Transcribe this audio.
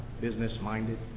business-minded